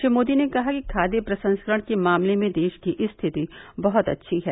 श्री मोदी ने कहा कि खाद्य प्रसंस्करण के मामले में देश की स्थिति बहत अच्छी है